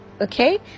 Okay